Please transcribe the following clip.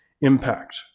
impact